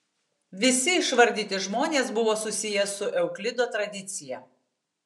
visi išvardyti žmonės buvo susiję su euklido tradicija